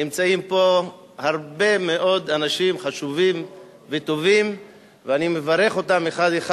נמצאים פה הרבה מאוד חברים חשובים וטובים ואני מברך אותם אחד אחד.